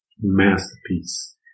Masterpiece